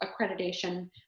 accreditation